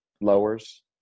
lowers